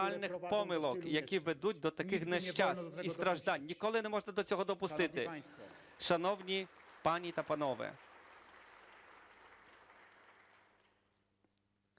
Ніколи не можна до цього допустити. Шановні пані та панове,